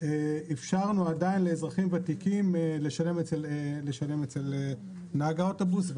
אפשרנו עדיין לאזרחים ותיקים לשלם אצל נהג האוטובוס,